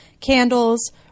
candles